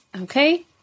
okay